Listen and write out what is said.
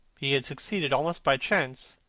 he had succeeded, almost by chance,